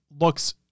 looks